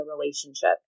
relationship